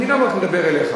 אני לא רק מדבר אליך.